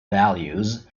values